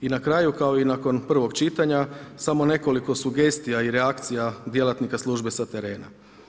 I na kraju kao i nakon prvog čitanja, samo nekoliko sugestija i reakcija djelatnika službe sa terena.